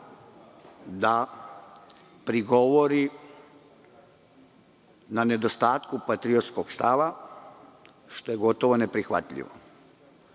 da prigovori na nedostatku patriotskog stava, što je gotovo neprihvatljivo.